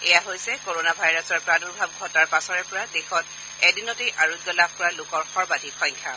এয়া হৈছে কৰণা ভাইৰাছৰ প্ৰাদূৰ্ভাৱ ঘটাৰ পাছৰে পৰা দেশত এদিনতে আৰোগ্য লাভ কৰা লোকৰ সৰ্বাধিক সংখ্যা